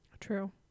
True